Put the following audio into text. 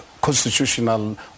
constitutional